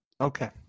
Okay